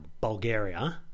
Bulgaria